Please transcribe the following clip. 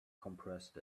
compressed